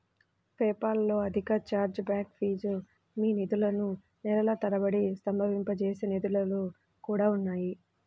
PayPal లో అధిక chargeback fee, మీ నిధులను నెలల తరబడి స్తంభింపజేసే నిబంధనలు కూడా ఉన్నాయి